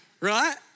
right